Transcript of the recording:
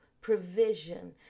provision